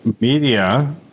media